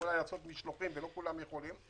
יכולים לעשות משלוחים לא כולם יכולים.